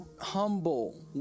Humble